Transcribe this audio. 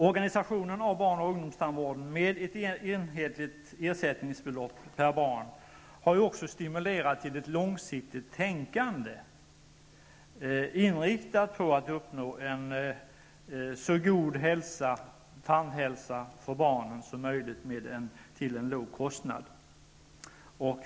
Organisationen av barn och ungdomstandvården med ett enhetligt ersättningsbelopp per barn har också stimulerat till ett långsiktigt tänkande, inriktat på att uppnå en så god tandhälsa som möjligt för barnen till en låg kostnad.